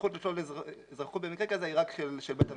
הסמכות לשלול אזרחות במקרה כזה היא רק של בית המשפט,